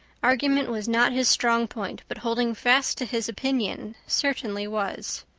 argument was not his strong point, but holding fast to his opinion certainly was.